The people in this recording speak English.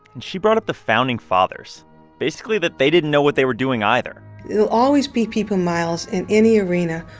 and she brought up the founding fathers basically, that they didn't know what they were doing either there'll always be people, miles, in any arena,